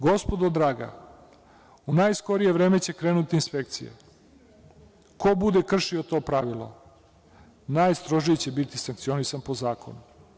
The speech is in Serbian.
Gospodo draga, u najskorije vreme će krenuti inspekcija, ko bude kršio to pravilo najstrožije će biti sankcionisan po zakonu.